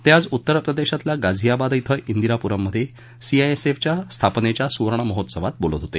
ते आज उत्तरप्रदेशातल्या गाझीयाबाद इथं इंदिराप्रममध्ये सीआयएसएफच्या स्थापनेच्या स्वर्ण महोत्सवात ते बोलत होते